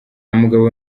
mugabo